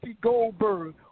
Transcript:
Goldberg